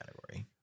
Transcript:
category